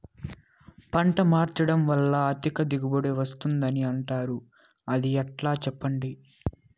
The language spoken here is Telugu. పంట మార్చడం వల్ల అధిక దిగుబడి వస్తుందని అంటారు అది ఎట్లా సెప్పండి